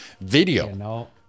video